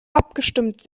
abgestimmt